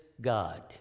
God